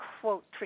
quote